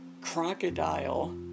crocodile